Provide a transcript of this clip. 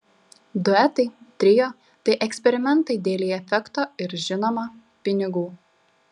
duetai trio tai eksperimentai dėlei efekto ir žinoma pinigų